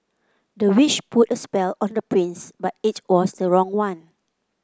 the witch put a spell on the prince but it was the wrong one